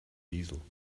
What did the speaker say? diesel